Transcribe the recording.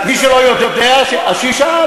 מי שלא יודע אז שישאל.